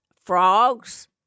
frogs